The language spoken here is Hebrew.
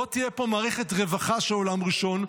לא תהיה פה מערכת רווחה של עולם ראשון,